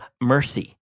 mercy